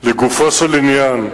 הוא שמע את,